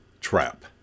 trap